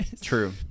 True